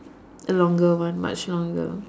longer one much longer